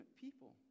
people